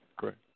Correct